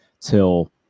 till